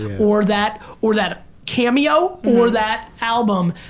or that or that cameo or that album.